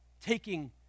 taking